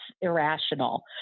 irrational